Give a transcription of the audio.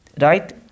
right